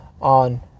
on